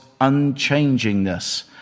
unchangingness